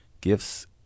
gifts